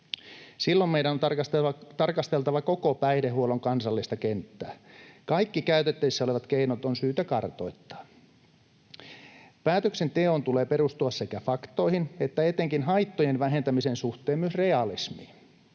Silloin meidän on tarkasteltava koko päihdehuollon kansallista kenttää. Kaikki käytettävissä olevat keinot on syytä kartoittaa. Päätöksenteon tulee perustua sekä faktoihin että etenkin haittojen vähentämisen suhteen myös realismiin.